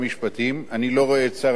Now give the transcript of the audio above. אני לא רואה את שר המשפטים פה,